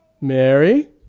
Mary